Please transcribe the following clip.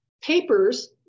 papers